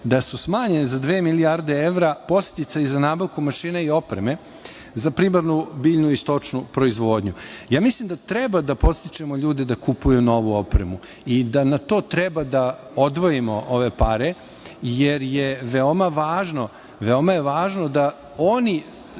da su smanjeni za dve milijarde evra podsticaji za nabavku mašine i opreme za primarnu biljnu i stočnu proizvodnju. Ja mislim da treba da podstičemo ljude da kupuju novu opremu i da na to treba da odvojimo ove pare, jer je veoma važno da oni